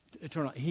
eternal